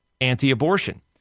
anti-abortion